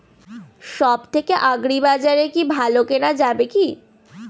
সব থেকে আগ্রিবাজারে কি ভালো কেনা যাবে কি?